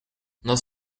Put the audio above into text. nós